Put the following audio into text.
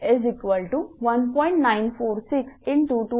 तर dWeL28T1